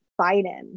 Biden